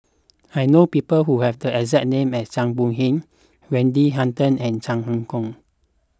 I know people who have the exact name as Zhang Bohe Wendy Hutton and Chan Ah Kow